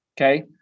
Okay